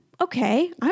okay